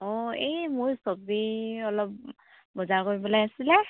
অ এই মই চব্জি অলপ বজাৰ কৰিবলৈ আছিলে